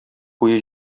буе